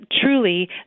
truly